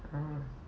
oh